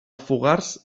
fogars